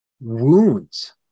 wounds